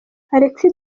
alexis